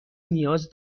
نیاز